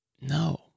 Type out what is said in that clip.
No